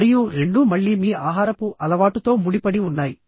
మరియు రెండూ మళ్ళీ మీ ఆహారపు అలవాటుతో ముడిపడి ఉన్నాయి